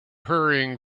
hurrying